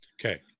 Okay